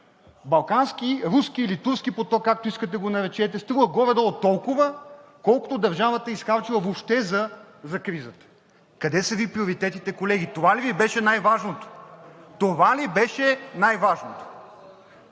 балкански, руски или турски поток, както искате го наречете, струва горе-долу толкова, колкото държава е изхарчила въобще за кризата. Къде са Ви приоритетите, колеги? Това ли Ви беше най-важното? Това ли беше най-важното?!